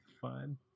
fun